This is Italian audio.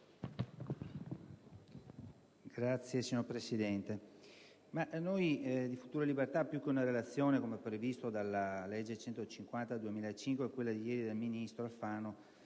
ringrazio, signor Presidente.